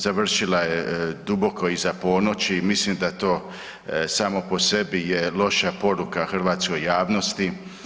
Završila je duboko iza ponoći i mislim da to samo po sebi je loša poruka hrvatskoj javnosti.